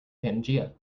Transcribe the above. pangaea